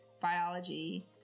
biology